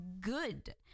good